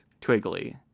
Twiggly